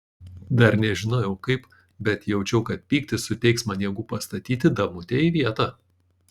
dar nežinojau kaip bet jaučiau kad pyktis suteiks man jėgų pastatyti damutę į vietą